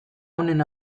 honen